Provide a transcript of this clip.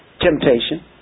temptation